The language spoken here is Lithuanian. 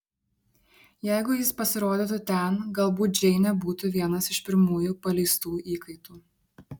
jeigu jis pasirodytų ten galbūt džeinė būtų vienas iš pirmųjų paleistų įkaitų